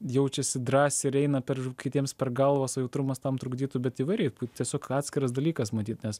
jaučiasi drąsiai ir eina per kitiems per galvas o jautrumas tam trukdytų bet įvairiai tiesiog atskiras dalykas matyt nes